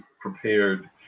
prepared